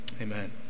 Amen